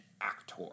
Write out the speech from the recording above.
actor